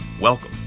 Welcome